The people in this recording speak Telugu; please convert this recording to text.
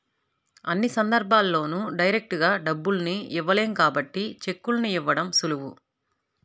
అన్ని సందర్భాల్లోనూ డైరెక్టుగా డబ్బుల్ని ఇవ్వలేం కాబట్టి చెక్కుల్ని ఇవ్వడం సులువు